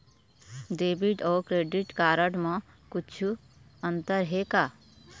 Debit अऊ credit card म कुछू अंतर हे का?